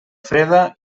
freda